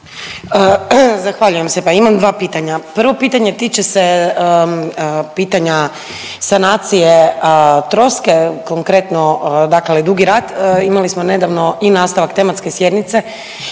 Zahvaljujem se. Pa imam dva pitanja, prvo pitanje tiče se pitanja sanacije troske, konkretno Dugi Rat, imali smo nedavno i nastavak tematske sjednice